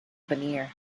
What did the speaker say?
veneer